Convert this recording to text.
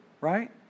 Right